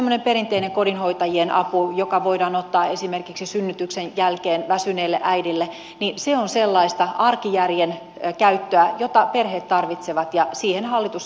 semmoinen perinteinen kodinhoitajien apu joka voidaan ottaa esimerkiksi synnytyksen jälkeen väsyneelle äidille on sellaista arkijärjen käyttöä jota perheet tarvitsevat ja siihen hallitus on nyt panostamassa